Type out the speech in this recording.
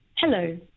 Hello